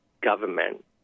government